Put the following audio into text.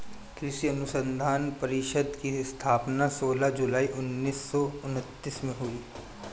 कृषि अनुसंधान परिषद की स्थापना सोलह जुलाई उन्नीस सौ उनत्तीस में हुई